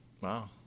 Wow